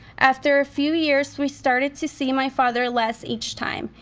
after a few years, we started to see my father less each time.